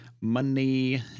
Money